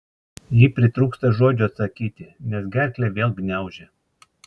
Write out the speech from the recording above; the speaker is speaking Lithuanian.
ji pritrūksta žodžių atsakyti nes gerklę vėl gniaužia